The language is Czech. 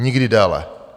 Nikdy déle.